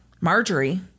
Marjorie